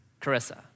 Carissa